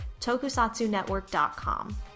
tokusatsunetwork.com